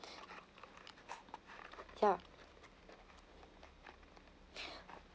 ya